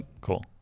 Cool